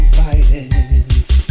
violence